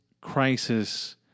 crisis